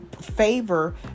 favor